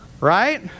Right